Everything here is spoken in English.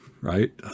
Right